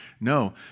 No